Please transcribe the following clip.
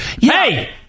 Hey